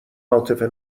عاطفه